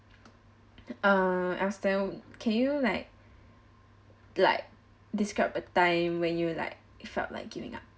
uh aston can you like like describe a time when you like felt like giving up